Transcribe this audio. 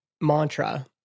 mantra